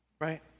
right